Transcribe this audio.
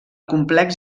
complex